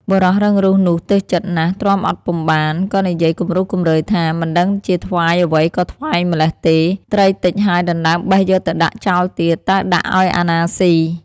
បុរសរឹងរូសនោះទើសចិត្តណាស់ ទ្រាំអត់ពុំបាន ក៏និយាយគំរោះគំរើយថា "មិនដឹងជាថ្វាយអ្វីក៏ថ្វាយម្ល៉េះទេ! ត្រីតិចហើយដណ្តើមបេះយកទៅដាក់ចោលទៀត តើដាក់ឲ្យអាណាស៊ី!"។